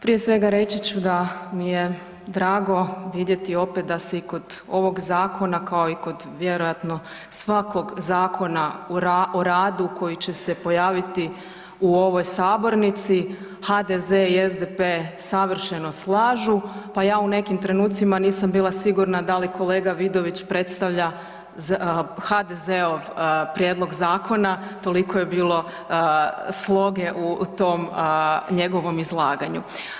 Prije svega, reći ću da mi je drago vidjeti opet da se i kod ovog zakona, kao i kod vjerojatno svakog zakona o radu koji će se pojaviti u ovoj sabornici, HDZ i SDP savršeno slažu pa ja u nekim trenucima nisam bila sigurna da li kolega Vidović predstavlja HDZ-ov prijedlog zakona, toliko je bilo sloge u tom njegovom izlaganju.